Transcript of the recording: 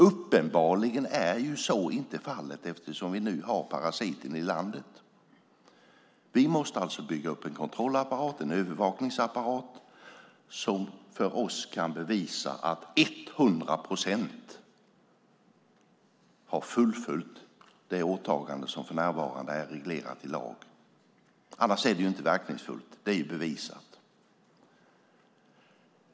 Uppenbarligen är så inte fallet eftersom vi nu har parasiten i landet. Vi måste alltså bygga upp en kontrollapparat, en övervakningsapparat, som kan bevisa för oss att 100 procent har fullföljt det åtagande som för närvarande är reglerat i lag, annars är det inte verkningsfullt, vilket är bevisat.